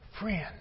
Friend